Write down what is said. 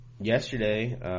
Yesterday